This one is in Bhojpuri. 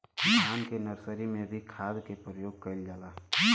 धान के नर्सरी में भी खाद के प्रयोग कइल जाला?